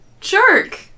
jerk